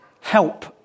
help